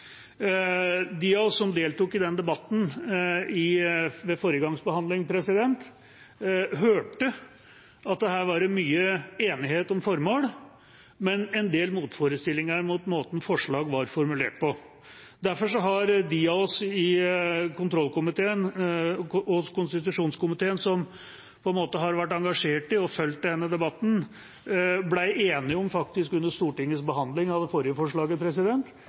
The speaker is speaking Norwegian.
De av oss som deltok i debatten ved forrige gangs behandling, hørte at her var det mye enighet om formål, men en del motforestillinger mot måten forslag var formulert på. De av oss i kontroll- og konstitusjonskomiteen som har vært engasjert i og fulgt denne debatten, ble derfor enige om, faktisk under Stortingets behandling av det forrige forslaget,